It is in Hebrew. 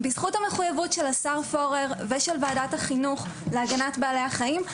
בזכות המחויבות של השר פורר ושל וועדת החינוך להגנת בעלי החיים,